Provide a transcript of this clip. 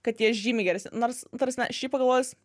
kad jie žymiai geresni nors ta prasme šiaip pagalvojus